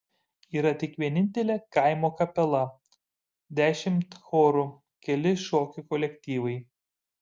yra tik vienintelė kaimo kapela dešimt chorų keli šokių kolektyvai